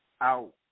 out